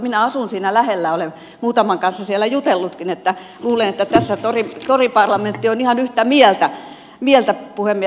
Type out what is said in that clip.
minä asun siinä lähellä olen muutaman kanssa siellä jutellutkin niin että luulen että tässä toriparlamentti on ihan yhtä mieltä puhemies